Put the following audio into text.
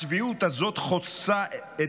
הצביעות הזאת חוצה את